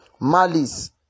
malice